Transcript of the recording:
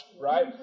right